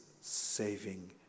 saving